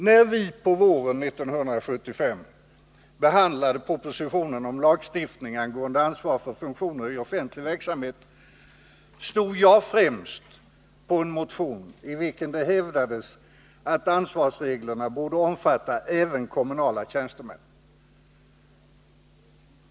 När vi på våren 1975 behandlade propositionen om lagstiftning angående ansvar för funktionärer i offentlig verksamhet stod mitt namn främst på den motion i vilken det hävdades att ansvarsreglerna borde omfatta även kommunala tjänstemän.